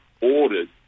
ordered